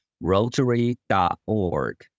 Rotary.org